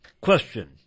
question